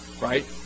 right